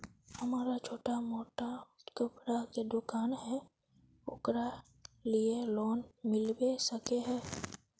हमरा छोटो मोटा कपड़ा के दुकान है ओकरा लिए लोन मिलबे सके है?